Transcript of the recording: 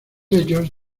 ellos